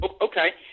Okay